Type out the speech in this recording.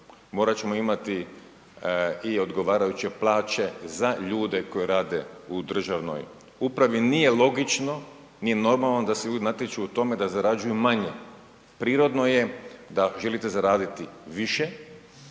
morat ćemo imati i odgovarajuće plaće za ljude koji rade u državnoj upravi. Nije logično, nije normalno da se ljudi natječu u tome da zarađuju manje, prirodno je da želite zaraditi više,